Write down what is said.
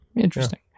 interesting